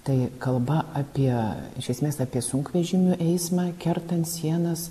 tai kalba apie iš esmės apie sunkvežimių eismą kertant sienas